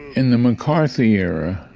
in the mccarthy era,